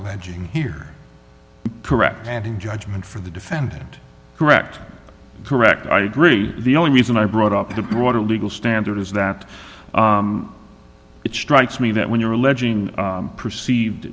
alleging here correct and in judgement for the defendant correct correct i agree the only reason i brought up the broader legal standard is that it strikes me that when you're alleging perceived